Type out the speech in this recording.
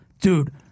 dude